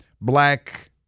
black